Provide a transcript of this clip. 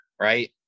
right